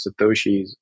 satoshis